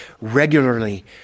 regularly